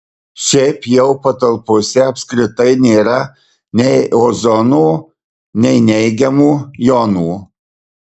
šiaip jau patalpose apskritai nėra nei ozono nei neigiamų jonų